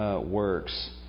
Works